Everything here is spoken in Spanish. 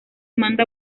manda